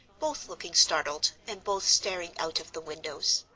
both looking startled, and both staring out of the windows.